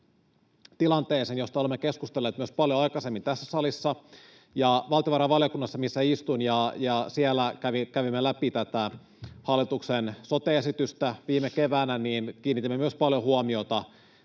tilanteeseen, josta olemme keskustelleet paljon myös aikaisemmin tässä salissa ja valtiovarainvaliokunnassa, missä istun. Kun siellä kävimme läpi tätä hallituksen sote-esitystä viime keväänä, niin kiinnitimme paljon huomiota